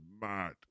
mad